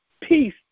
peace